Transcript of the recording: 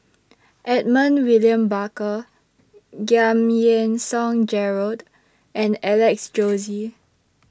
Edmund William Barker Giam Yean Song Gerald and Alex Josey